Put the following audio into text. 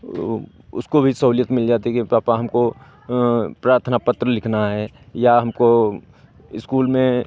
तो वो उसको भी सहूलियत मिल जाती है कि पापा हमको प्रार्थना पत्र लिखना है या हमको इस्कूल में